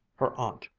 her aunt,